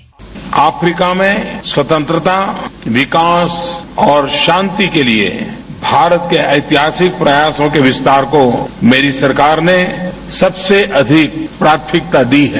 bite Africa में स्वतंत्रता विकास और शांति के लिए भारत के ऐतिहासिक प्रयासों के विस्तार को मेरी सरकार ने सबसे अधिक प्राथमिकता दी है